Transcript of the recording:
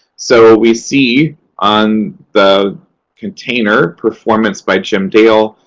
so, ah we see on the container, performance by jim dale.